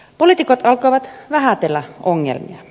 poliitikot alkoivat vähätellä ongelmia